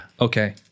Okay